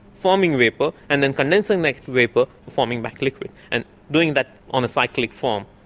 forming vapour, and then condensing that vapour, forming back liquid, and doing that on a cyclic form.